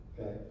okay